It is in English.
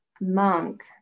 Monk